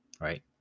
right